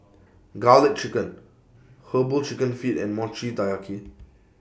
Garlic Chicken Herbal Chicken Feet and Mochi Taiyaki